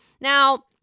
Now